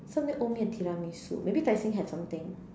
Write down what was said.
somebody owe me a tiramisu maybe Tai-Seng has something